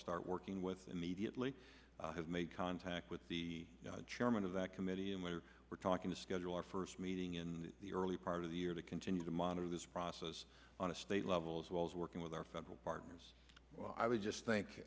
start working with immediately have made contact with the chairman of that committee and whether we're talking to schedule our first meeting in the early part of the year to continue to monitor this process on a state level as well as working with our federal partners well i would just think